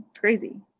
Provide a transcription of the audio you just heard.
crazy